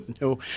No